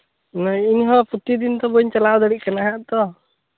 ᱤᱧ ᱢᱟ ᱯᱨᱚᱛᱤᱫᱤᱱ ᱛᱚ ᱵᱟᱹᱧ ᱪᱟᱞᱟᱣ ᱫᱟᱲᱮ ᱠᱟᱱᱟ ᱛᱚ